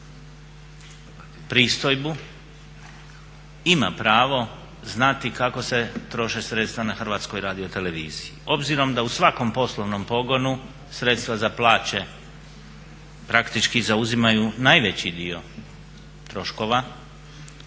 pristojbu ima pravo znati kako se troše sredstva na HRT-u. Obzirom da u svakom poslovnom pogonu sredstva za plaće praktički zauzimaju najveći dio troškova